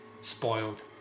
spoiled